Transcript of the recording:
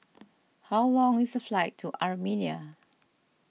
how long is the flight to Armenia